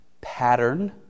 pattern